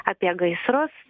apie gaisrus